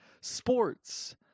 sports